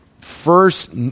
First